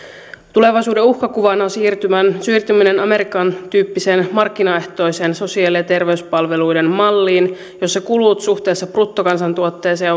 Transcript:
tulevaisuuden uhkakuvana on siirtyminen amerikan tyyppiseen markkinaehtoiseen sosiaali ja terveyspalveluiden malliin jossa kulut suhteessa bruttokansantuotteeseen